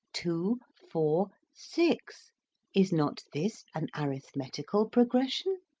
two, four, six is not this an arithmetical progression?